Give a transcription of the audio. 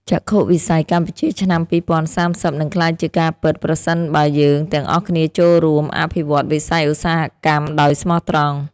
ចក្ខុវិស័យកម្ពុជាឆ្នាំ ២០៣០ នឹងក្លាយជាការពិតប្រសិនបើយើងទាំងអស់គ្នាចូលរួមអភិវឌ្ឍវិស័យឧស្សាហកម្មដោយស្មោះត្រង់។